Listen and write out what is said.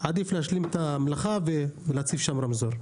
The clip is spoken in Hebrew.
עדיף להשלים את המלאכה ולהציב שם רמזור.